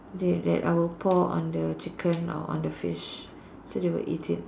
that that I will pour on the chicken or on the fish so they will eat it